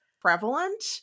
prevalent